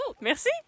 Merci